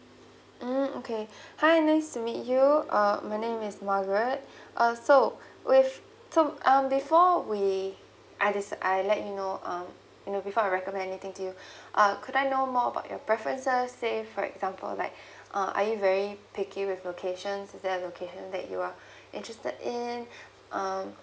mm okay hi nice to meet you uh my name is margaret uh so with so um before we I this I let you know um you know before I recommend to you uh could I know more about your preferences say for example like uh are you very picky with locations is there location that you are interested in um